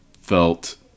felt